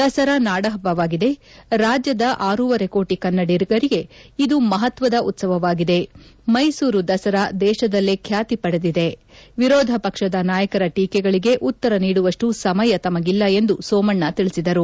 ದಸರಾ ನಾಡಪ್ಪವಾಗಿದೆ ರಾಜ್ಯದ ಆರೂವರೆ ಕೋಟಿ ಕನ್ನಡಿಗರಿಗೆ ಇದು ಮಪತ್ವದ ಉತ್ಸವವಾಗಿದೆ ಮೈಸೂರು ದಸರಾ ದೇಶದಲ್ಲೇ ಖ್ಯಾತಿ ಪಡೆದಿದೆ ವಿರೋಧ ಪಕ್ಷದ ನಾಯಕರ ಟೀಕೆಗಳಿಗೆ ಉತ್ತರ ನೀಡುವಷ್ಟು ಸಮಯ ತಮಗಿಲ್ಲ ಎಂದು ಸೋಮಣ್ಣ ತಿಳಿಸಿದರು